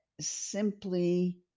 Simply